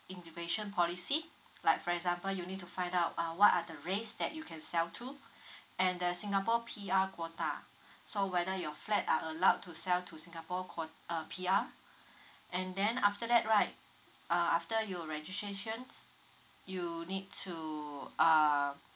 integration policy like for example you need to find out uh what are the race that you can sell to and the singapore P_R quota so whether your flat are allowed to sell to singapore quot~ uh P_R and then after that right uh after you registrations you need to uh